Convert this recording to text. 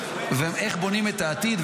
ואיך בונים את העתיד,